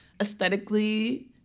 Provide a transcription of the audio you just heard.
Aesthetically